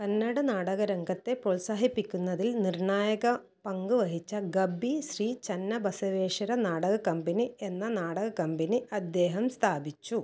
കന്നഡ നാടക രംഗത്തെ പ്രോത്സാഹിപ്പിക്കുന്നതിൽ നിർണായക പങ്ക് വഹിച്ച ഗബ്ബി ശ്രീ ചന്ന ബസവേശ്വര നാടക കമ്പനി എന്ന നാടക കമ്പനി അദ്ദേഹം സ്ഥാപിച്ചു